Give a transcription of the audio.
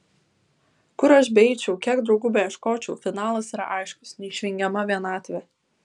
kur aš beeičiau kiek draugų beieškočiau finalas yra aiškus neišvengiama vienatvė